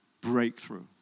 breakthrough